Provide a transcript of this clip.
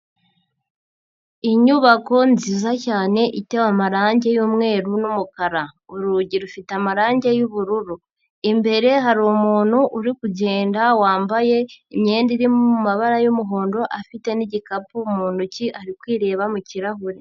Inyubako nziza cyane itewe amarangi y'umweru n'umukara, urugi rufite amarangi y'ubururu, imbere hari umuntu uri kugenda wambaye imyenda iri mu mabara y'umuhondo afite n'igikapu mu ntoki ari kwireba mu kirahure.